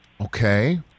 Okay